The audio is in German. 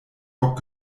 bock